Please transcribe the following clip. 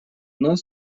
нас